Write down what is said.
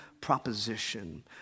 proposition